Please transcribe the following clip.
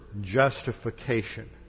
justification